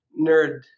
nerd